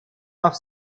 auf